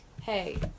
hey